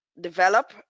develop